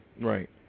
Right